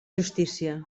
justícia